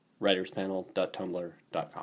Writerspanel.tumblr.com